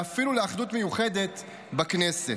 ואפילו לאחדות מיוחדת בכנסת.